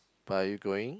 but are you going